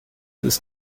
ist